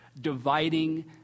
dividing